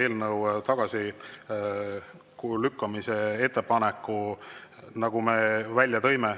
eelnõu tagasilükkamise ettepaneku, nagu me välja tõime,